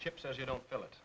chips as you don't sell it